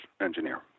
engineer